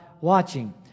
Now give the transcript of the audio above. watching